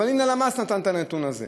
אבל הנה הלמ"ס נתן את הנתון הזה.